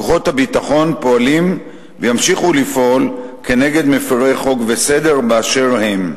כוחות הביטחון פועלים וימשיכו לפעול כנגד מפירי חוק וסדר באשר הם.